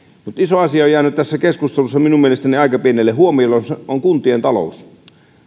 mutta iso asia on jäänyt tässä keskustelussa minun mielestäni aika pienelle huomiolle ja se on kuntien talous